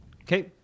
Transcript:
Okay